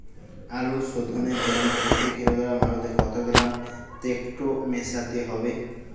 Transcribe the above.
আলু শোধনের জন্য প্রতি কিলোগ্রাম আলুতে কত গ্রাম টেকটো মেশাতে হবে?